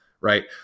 right